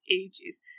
ages